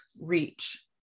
reach